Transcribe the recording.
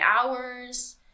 hours